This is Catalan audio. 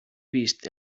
vist